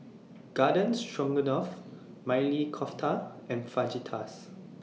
Garden Stroganoff Maili Kofta and Fajitas